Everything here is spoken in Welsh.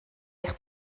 eich